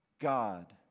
God